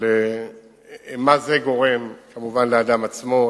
אבל מה זה גורם לאדם עצמו,